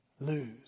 lose